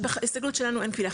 ההסתכלות שלנו אין כבילה,